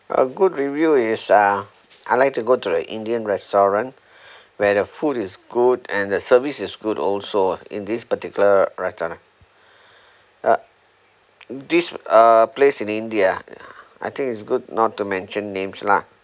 a good review is uh I like to go to the indian restaurant where the food is good and the service is good also in this particular restaurant lah uh this uh place in india I think it's good not to mention names lah